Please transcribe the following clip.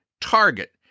Target